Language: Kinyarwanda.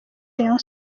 rayon